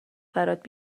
برات